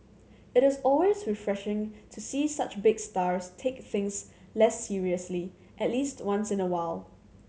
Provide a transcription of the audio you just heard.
it is always refreshing to see such big stars take things less seriously at least once in a while